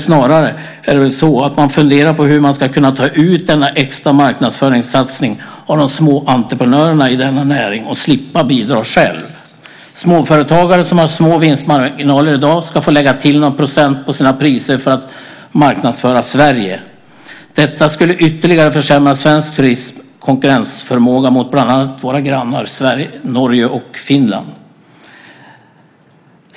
Snarare är det väl så att man funderar på hur man ska ta ut denna extra satsning på marknadsföring av de små entreprenörerna i denna näring och slippa bidra själv. Småföretagare som har små vinstmarginaler i dag ska få lägga till några procent på sina priser för att marknadsföra Sverige. Detta skulle ytterligare försämra konkurrensförmågan för svensk turism gentemot våra grannar Norge och Finland.